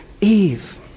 Eve